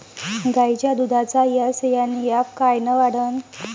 गायीच्या दुधाचा एस.एन.एफ कायनं वाढन?